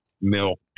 milk